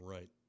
Right